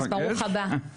אז ברוך הבא.